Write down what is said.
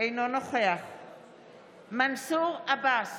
אינו נוכח מנסור עבאס,